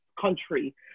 country